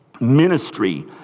ministry